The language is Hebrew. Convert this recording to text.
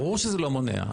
ברור שזה לא מונע.